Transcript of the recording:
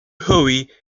hoey